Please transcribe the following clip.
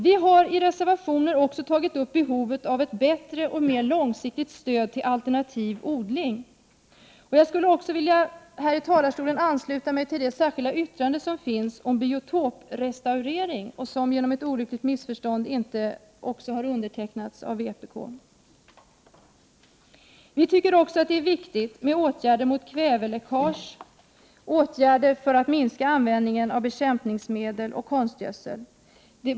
Vi har i reservationer också tagit upp behovet av ett bättre och mer långsiktigt stöd till alternativ odling. Jag skulle också från talarstolen vilja ansluta mig till det särskilda yttrande som finns om biotoprestaurering, vilket genom ett olyckligt missförstånd inte har undertecknats även av vpk. Vi tycker också att det är viktigt med åtgärder mot kväveläckage, åtgärder för att minska användningen av bekämpningsmedel och konstgödsel.